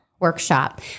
workshop